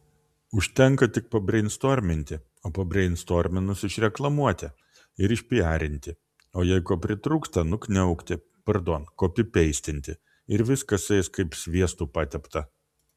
užtenka tik pabreinstorminti o pabreinstorminus išreklamuoti ir išpijarinti o jei ko pritrūksta nukniaukti pardon kopipeistinti ir viskas eis kaip sviestu patepta